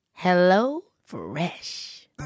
HelloFresh